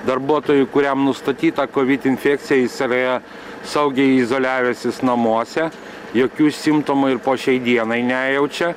darbuotojui kuriam nustatyta kovid infekcija jis yra saugiai izoliavęsis namuose jokių simptomų ir po šiai dienai nejaučia